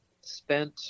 spent